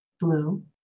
Blue